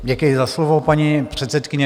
Děkuji za slovo, paní předsedkyně.